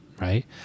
right